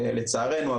לצערנו,